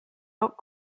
rock